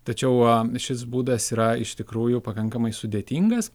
tačiau šis būdas yra iš tikrųjų pakankamai sudėtingas